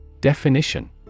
Definition